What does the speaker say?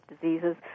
diseases